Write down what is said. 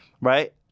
Right